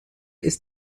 ist